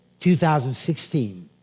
2016